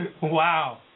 Wow